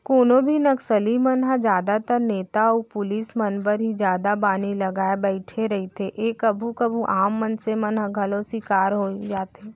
कोनो भी नक्सली मन ह जादातर नेता अउ पुलिस मन बर ही जादा बानी लगाय बइठे रहिथे ए कभू कभू आम मनसे मन ह घलौ सिकार होई जाथे